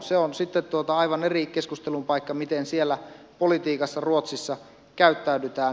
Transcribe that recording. se on sitten aivan eri keskustelun paikka miten siellä politiikassa ruotsissa käyttäydytään